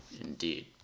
indeed